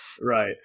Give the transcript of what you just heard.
right